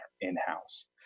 in-house